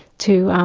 to